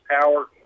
power